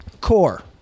Core